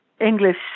English